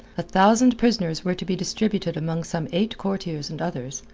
a thousand prisoners were to be distributed among some eight courtiers and others,